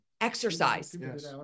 exercise